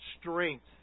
strength